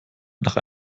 nach